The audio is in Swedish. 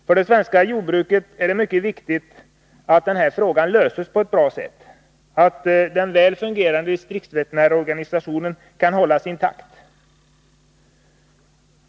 För det svenska jordbruket är det mycket viktigt att denna fråga löses på ett bra sätt, så att den väl fungerande distriktsveterinärsorganisationen kan hållas intakt.